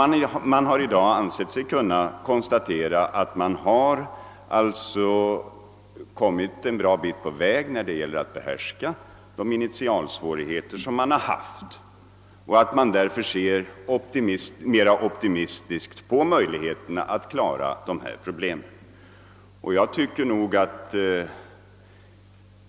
Man har där i dag ansett sig kunna konstatera att man kommit ett gott stycke på vägen när det gäller att behärska de initialsvårigheter man haft, och därför ser man mera optimistiskt på möjligheterna att klara problemen i detta sammanhang.